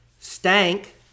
Stank